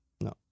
no